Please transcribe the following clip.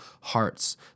hearts